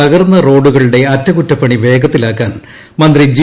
തകർന്ന റോഡുകളു്ടെ അറ്റകുറ്റപ്പണിവേഗത്തിലാക്കാൻ മന്ത്രി ജി